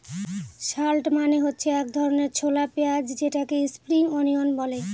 shallot মানে হচ্ছে এক ধরনের ছোলা পেঁয়াজ যেটাকে স্প্রিং অনিয়ন বলে